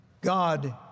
God